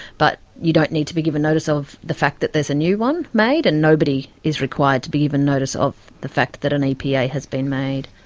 but you don't need to be given notice of the fact that there is a new one made, and nobody is required to be given notice of the fact that an epa has been made.